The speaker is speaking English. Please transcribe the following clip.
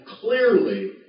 clearly